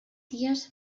dies